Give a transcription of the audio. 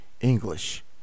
English